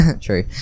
True